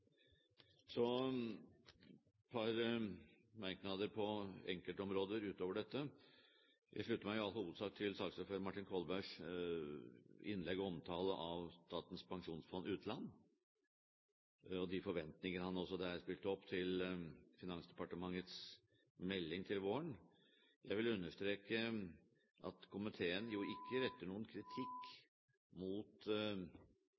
Så et par merknader på enkeltområder utover dette. Jeg slutter meg i all hovedsak til saksordfører Martin Kolbergs innlegg og omtale av Statens pensjonsfond utland og de forventninger han også der spilte opp til Finansdepartementets melding til våren. Jeg vil understreke at komiteen jo ikke retter noen